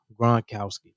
Gronkowski